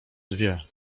dwie